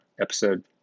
episode